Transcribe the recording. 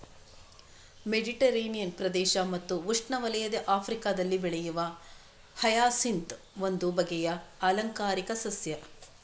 Mediterranean ಪ್ರದೇಶ ಮತ್ತು ಉಷ್ಣವಲಯದ ಆಫ್ರಿಕಾದಲ್ಲಿ ಬೆಳೆಯುವ ಹಯಸಿಂತ್ ಒಂದು ಬಗೆಯ ಆಲಂಕಾರಿಕ ಸಸ್ಯ